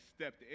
stepped